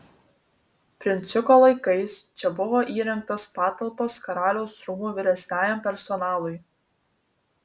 princiuko laikais čia buvo įrengtos patalpos karaliaus rūmų vyresniajam personalui